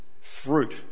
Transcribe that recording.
fruit